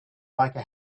biker